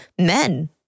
men